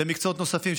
ולמקצועות נוספים,